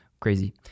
crazy